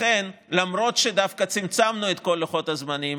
לכן, למרות שדווקא צמצמנו את כל לוחות הזמנים,